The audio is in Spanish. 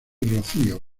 rocío